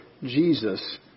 Jesus